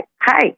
hi